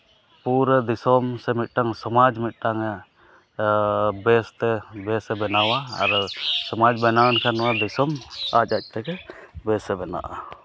ᱯᱩᱨᱟᱹ ᱫᱤᱥᱚᱢ ᱥᱮ ᱥᱚᱢᱟᱡᱽ ᱢᱤᱫᱴᱟᱝᱮ ᱵᱮᱥ ᱛᱮ ᱵᱮᱥᱮ ᱵᱮᱱᱟᱣᱟ ᱟᱨ ᱥᱚᱢᱟᱡᱽ ᱵᱮᱱᱟᱣᱮᱱ ᱠᱷᱟᱱ ᱱᱚᱣᱟ ᱫᱤᱥᱚᱢ ᱟᱡᱼᱟᱡ ᱛᱮᱜᱮ ᱵᱮᱥᱮ ᱵᱮᱱᱟᱣᱚᱜᱼᱟ